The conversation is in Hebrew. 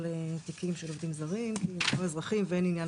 סוגרת תיקים של עובדים זרים מחוסר עניין